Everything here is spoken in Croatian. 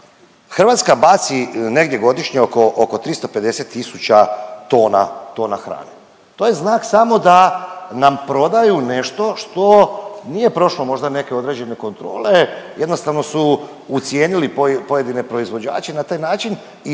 Hrvatska baci negdje godišnje oko 350 tisuća tona hrane. To je znak samo da nam prodaju nešto što nije prošlo možda neke određene kontrole, jednostavno su ucijenili pojedine proizvođače i na taj način i